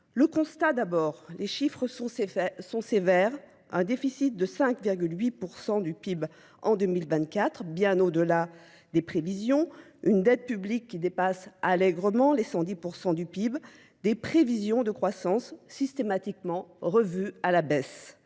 Le constat d'abord, les chiffres sont sévères. un déficit de 5,8% du PIB en 2024, bien au-delà des prévisions, une dette publique qui dépasse allègrement les 110% du PIB, des prévisions de croissance systématiquement revues à la baisse.